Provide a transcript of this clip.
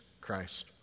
Christ